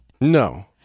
No